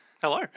Hello